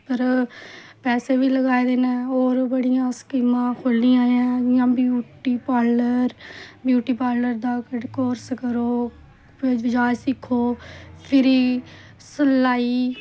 पैसे बी लगाए दे होर बी बड़ियां स्कीमां खुल्लिआं न ब्यूटीपार्लर दा कोर्स करो जाच सिक्खो फ्री सिलाई